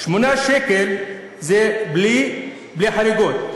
8 שקלים זה בלי חריגות.